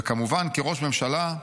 וכמובן, כראש ממשלה,